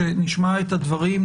שנשמע את הדברים,